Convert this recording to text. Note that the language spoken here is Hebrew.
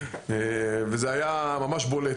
וזה היה ממש בולט.